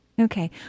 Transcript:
Okay